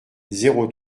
zéro